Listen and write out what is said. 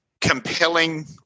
compelling